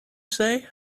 say